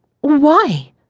why